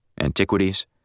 antiquities